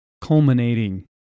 culminating